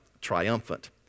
triumphant